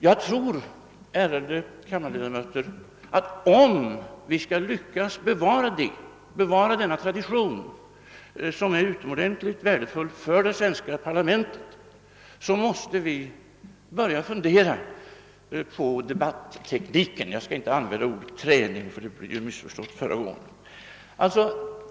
Jag tror, ärade kam marledamöter, att om vi skall lyckas bevara denna tradition, som är utomordentligt värdefull, för det svenska parlamentet, så måste vi börja fundera på debattekniken — jag skall inte använda ordet träning, ty det blev ju missförstått förra gången.